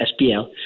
SPL